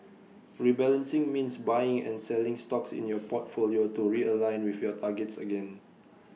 rebalancing means buying and selling stocks in your portfolio to realign with your targets again